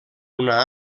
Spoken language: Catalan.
una